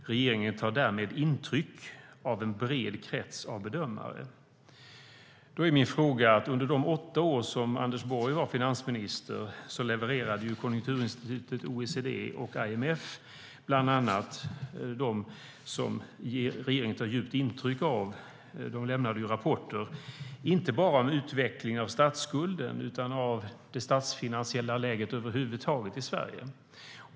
Regeringen tar därmed intryck av en bred krets av bedömare." Jag har en fråga om detta. Under de åtta år Anders Borg var finansminister levererade bland annat Konjunkturinstitutet, OECD och IMF rapporter vilka regeringen tog djupt intryck av. De lämnade rapporter inte bara om utvecklingen av statsskulden utan även om utvecklingen av det statsfinansiella läget över huvud taget i Sverige.